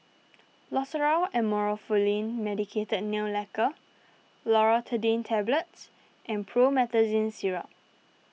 Loceryl Amorolfine Medicated Nail Lacquer Loratadine Tablets and Promethazine Syrup